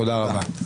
תודה רבה.